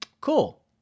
Cool